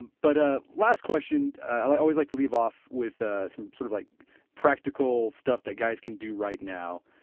but ah last question, i always like to leave off with ah some sort of like practical stuff that guys can do right now.